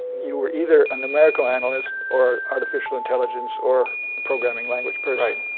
you were either a numerical analyst, or artificial intelligence, or programming language person.